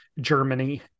Germany